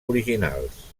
originals